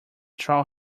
troll